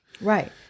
Right